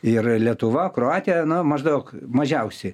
ir lietuva kroatija na maždaug mažiausiai